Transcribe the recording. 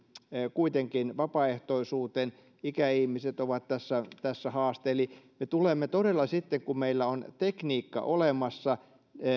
kuitenkin vapaaehtoisuuteen ikäihmiset ovat tässä tässä haaste eli me tulemme todella sitten kun meillä on tekniikka olemassa